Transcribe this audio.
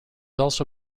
also